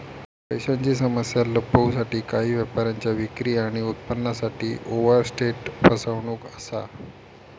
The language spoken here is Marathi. पैशांची समस्या लपवूसाठी काही व्यापाऱ्यांच्या विक्री आणि उत्पन्नासाठी ओवरस्टेट फसवणूक असा